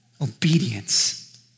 obedience